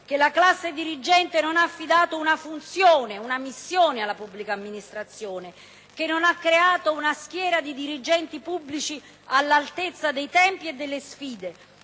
che la classe dirigente non ha affidato una funzione e una missione alla pubblica amministrazione, che non ha creato una schiera di dirigenti pubblici all'altezza dei tempi e delle sfide,